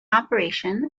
operation